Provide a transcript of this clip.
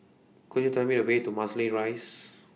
Could YOU Tell Me The Way to Marsiling Rise